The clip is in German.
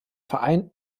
verein